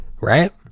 right